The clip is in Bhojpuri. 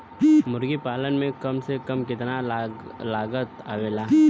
मुर्गी पालन में कम से कम कितना लागत आवेला?